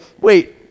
wait